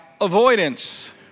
avoidance